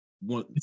one